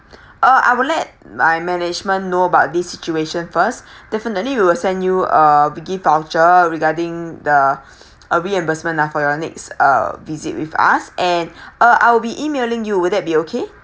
uh I will let my management know about this situation first definitely we will send you a gift voucher regarding the uh reimbursement lah for your next uh visit with us and uh I'll be E-mailing you would that be okay